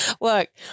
Look